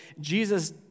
Jesus